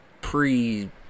pre